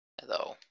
hello